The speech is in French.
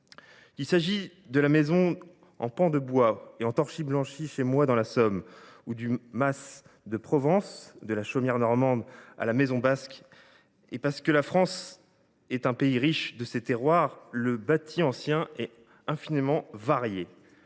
Il s’agit de la maison en pan de bois et en torchis blanchi, chez moi, dans la Somme, du mas de Provence, de la chaumière normande ou de la maison basque. Parce que la France est un pays riche de ses terroirs, le bâti ancien est infiniment varié.